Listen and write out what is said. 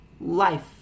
life